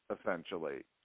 essentially